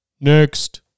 next